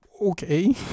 okay